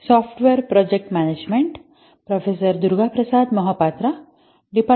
शुभ दुपार